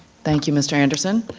thank you, mr. anderson.